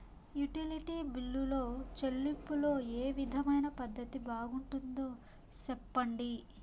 Utility బిల్లులో చెల్లింపులో ఏ విధమైన పద్దతి బాగుంటుందో సెప్పండి?